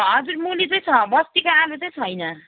हजुर मुली चाहिँ छ बस्तीको आलु चाहिँ छैन